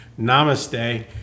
Namaste